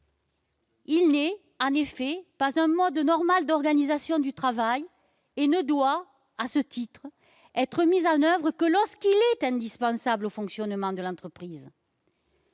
Il n'est pas un mode normal d'organisation du travail et ne doit, à ce titre, être mis en oeuvre que lorsqu'il est indispensable au fonctionnement de l'entreprise.